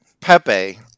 Pepe